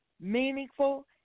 meaningful